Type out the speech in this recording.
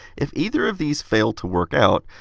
if either of these fail to work out,